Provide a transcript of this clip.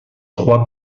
trois